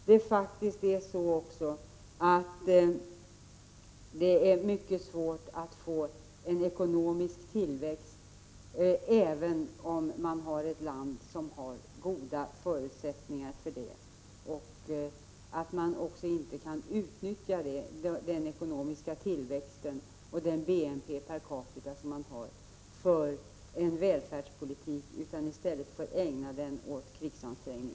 Det är också mycket svårt att få en ekonomisk tillväxt, även om landet har goda förutsättningar för det. Man kan inte utnyttja den ekonomiska tillväxt och den BNP man har för en välfärdspolitik utan får i stället ägna resurserna åt krigsansträngningar.